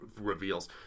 reveals